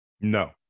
No